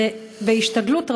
ובהשתדלות רבה,